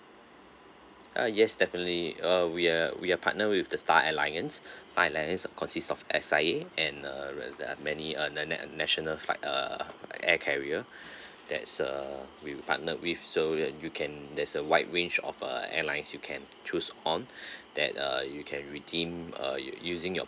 ah yes definitely uh we are we're partner with the star alliance star alliance consist of S_I_A and uh there are many uh na~ na~ national flight uh air carrier that's uh we partnered with so that you can there's a wide range of uh airlines you can choose on that uh you can redeem uh u~ using your